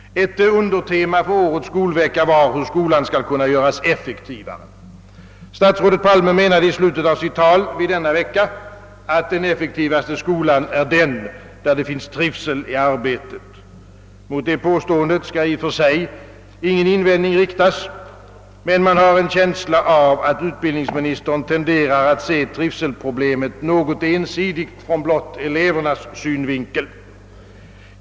Ett undertema för årets Skolvecka var, hur skolan skall kunna göras effektivare. Statsrådet Palme menade i slutet av sitt tal vid denna vecka, att den effektivaste skolan är den där det finns trivsel i arbetet. Mot det påståendet skall i och för sig ingen invändning riktas, men man har en känsla av att utbildningsministern tenderar att se trivselproblemet något ensidigt, blott från elevernas synvinkel.